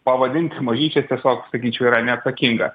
pavadint mažyčiais tiesiog sakyčiau yra neatsakinga